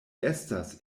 estas